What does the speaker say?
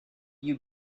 you